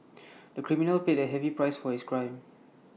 the criminal paid A heavy price for his crime